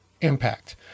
impact